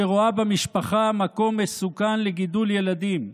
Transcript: שרואה במשפחה מקום מסוכן לגידול ילדים,